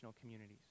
communities